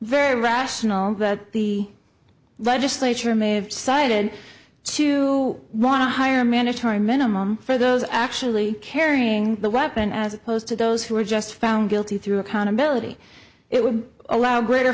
very rational that the legislature may have cited to want to hire mandatory minimum for those actually carrying the weapon as opposed to those who are just found guilty through accountability it would allow greater